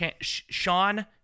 Sean